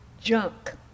Junk